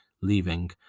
leaving